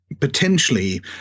potentially